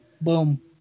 Boom